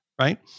right